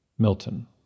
Milton